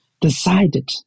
decided